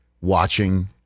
watching